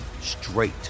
straight